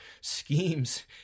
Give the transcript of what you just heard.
schemes